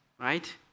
right